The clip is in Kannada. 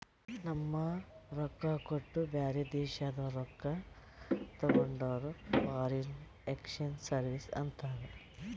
ನಮ್ ರೊಕ್ಕಾ ಕೊಟ್ಟು ಬ್ಯಾರೆ ದೇಶಾದು ರೊಕ್ಕಾ ತಗೊಂಡುರ್ ಫಾರಿನ್ ಎಕ್ಸ್ಚೇಂಜ್ ಸರ್ವೀಸ್ ಅಂತಾರ್